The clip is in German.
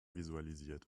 visualisiert